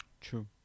True